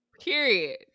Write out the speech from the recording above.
Period